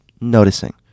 noticing